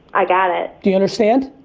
i got it. do you understand?